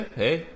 hey